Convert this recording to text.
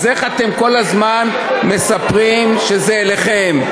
אז איך אתם כל הזמן מספרים שזה אליכם?